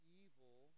evil